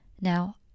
Now